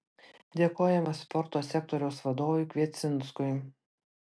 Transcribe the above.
dėkojame sporto sektoriaus vadovui kviecinskui